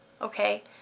okay